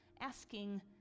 asking